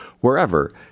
wherever